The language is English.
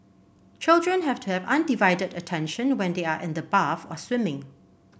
children have to have undivided attention when they are in the bath or swimming